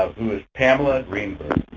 who is pamela greenberg.